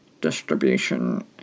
distribution